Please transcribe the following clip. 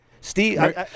Steve